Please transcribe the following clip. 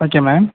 okay ma'am